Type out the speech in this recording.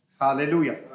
Hallelujah